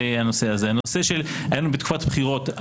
היינו בתקופת בחירות.